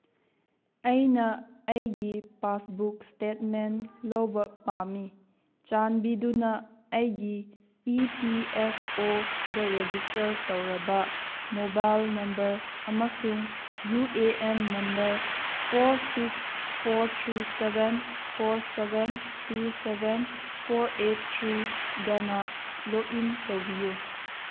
ꯑꯩꯅ ꯑꯩꯒꯤ passbook statement ꯂꯧꯕ ꯄꯥꯝꯃꯤ ꯆꯥꯟꯕꯤꯗꯨꯅ ꯑꯩꯒꯤ ꯏ ꯄꯤ ꯑꯦꯐ ꯑꯣꯗ ꯔꯦꯖꯤꯁꯇꯔ ꯇꯧꯔꯕ ꯃꯣꯕꯥꯏꯜ ꯅꯝꯕꯔ ꯑꯃꯁꯨꯡ U A N number four six four three seven four seven two seven four eight ꯊ꯭ꯔꯤꯒꯅ ꯂꯣꯛꯏꯟ ꯇꯧꯕꯤꯌꯨ